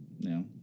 no